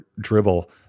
dribble